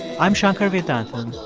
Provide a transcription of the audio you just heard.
i'm shankar vedantam,